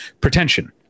pretension